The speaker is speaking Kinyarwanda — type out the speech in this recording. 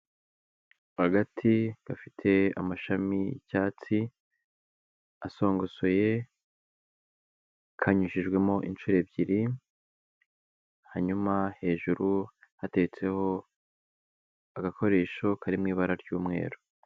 Agati gafite amashami y'icyatsi asongosoye, kanyujijwemo inshuro ebyiri, hanyuma hejuru hateretseho agakoresho karimo ibara ry'umweru.